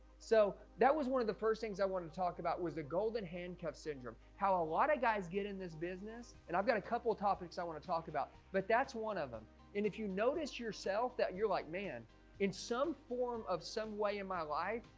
so that was one of the first things i wanted to talk about was the golden handcuffs syndrome how a lot of guys get in this business and i've got a couple of topics i want to talk about but that's one of them and if you notice yourself that you're like man in some form of some way in my life.